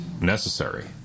necessary